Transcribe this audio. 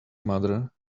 mother